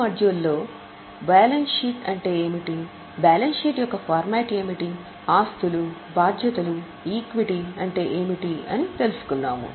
module 1 లో balance sheet అంటే ఏమిటి బ్యాలెన్స్ షీట్ యొక్క ఫార్మాట్ ఏమిటి ఆస్తులు బాధ్యతలు ఈక్విటీ అంటే ఏమిటి అని తెలుసుకున్నాము